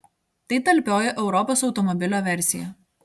tai talpioji europos automobilio versija